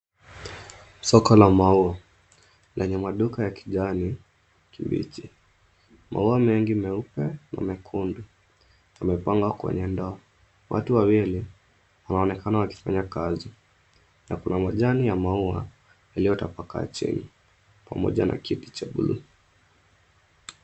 Soko la maua, lenye maduka ya kijani kibichi. Maua mengi meupe na mekundu yamepangwa kwenye ndoo. Watu wawili wanaonekana wakifanya kazi na kuna majani ya maua iliyotapakaa chini pamoja na kiti cha bluu.